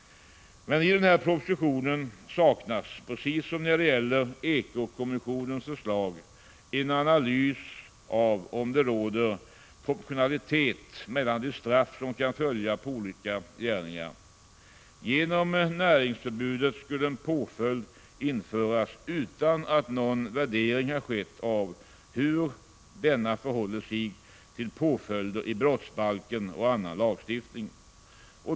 I denna proposition saknas — precis som när det gäller eko-kommissionens förslag — en analys av om det råder proportionalitet mellan de straff som kan följa på olika gärningar. Genom näringsförbudet skulle en påföljd införas utan att någon värdering har skett av hur denna förhåller sig till påföljder i brottsbalken och annan lagstiftning.